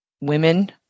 women